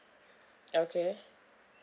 okay